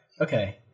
Okay